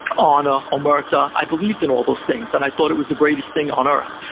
honor, omerta. i believed in all those things, and i thought it was the greatest thing on earth,